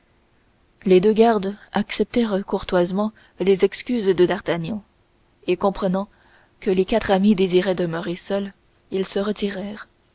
les deux gardes acceptèrent courtoisement les excuses de d'artagnan et comprenant que les quatre amis désiraient demeurer seuls ils se retirèrent